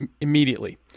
immediately